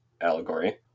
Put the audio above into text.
allegory